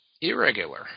irregular